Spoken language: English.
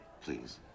Please